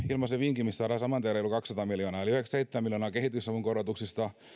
ilmaisen vinkin mistä saadaan saman tien reilut kaksisataa miljoonaa yhdeksänkymmentäseitsemän miljoonaa kehitysavun korotuksista